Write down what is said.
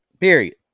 Period